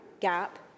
gap